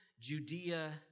Judea